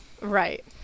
Right